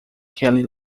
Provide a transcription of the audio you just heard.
kelly